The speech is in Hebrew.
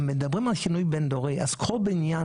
אם מדברים על שינוי בין דורי אז קחו בניין